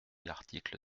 l’article